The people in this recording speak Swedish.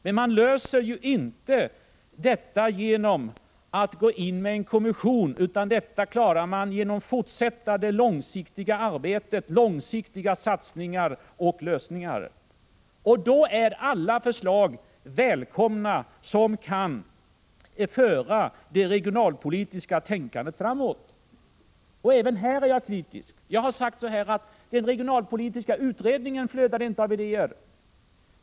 Men man löser inte problemen genom att tillsätta en kommission. Man måste fortsätta det långsiktiga arbetet, göra långsiktiga satsningar och åstadkomma långsiktiga lösningar. Alla förslag som kan föra det regionalpolitiska tänkandet framåt är välkomna. Även här är jag kritisk. Den regionalpolitiska utredningen flödade inte av idéer.